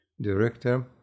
director